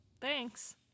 Thanks